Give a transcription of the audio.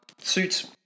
suits